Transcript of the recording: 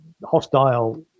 hostile